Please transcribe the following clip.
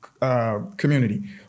Community